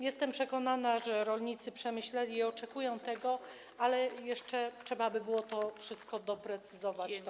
Jestem przekonana, że rolnicy przemyśleli to i oczekują tego, ale jeszcze trzeba by było to wszystko doprecyzować w tej ustawie.